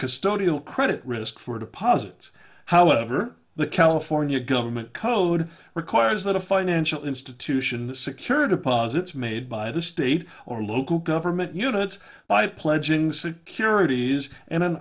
custodial credit risk for deposits however the california government code requires that a financial institution secure deposits made by the state or local government units by pledging securities and an